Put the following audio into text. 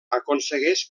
aconsegueix